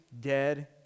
dead